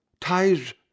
ties